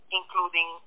including